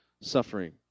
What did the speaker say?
suffering